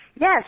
Yes